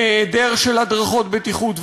היעדר של הדרכות בטיחות,